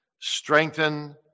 strengthen